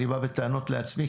אני בא בטענות לעצמי,